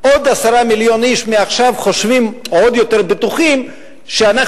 זה עוד 10 מיליון איש שמעכשיו חושבים או עוד יותר בטוחים שאנחנו